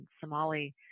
Somali